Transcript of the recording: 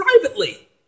privately